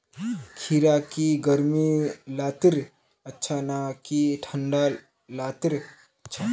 खीरा की गर्मी लात्तिर अच्छा ना की ठंडा लात्तिर अच्छा?